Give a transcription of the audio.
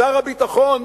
שר הביטחון,